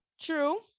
True